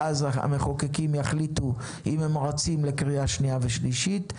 ואז המחוקקים יחליטו אם הם רצים לקריאה שנייה ושלישית.